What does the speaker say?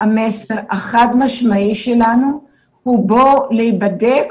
המסר החד-משמעי שלנו הוא: בואו להיבדק,